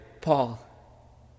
Paul